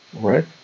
Right